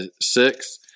six